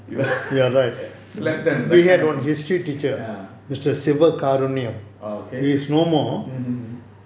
slap them back then ya orh okay mmhmm mm